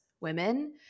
women